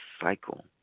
cycle